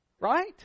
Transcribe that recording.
Right